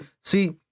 see